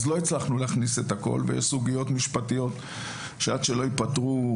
אז לא הצלחנו להכניס את הכול ויש סוגיות משפטיות שעד שלא ייפתרו,